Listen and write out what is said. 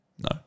No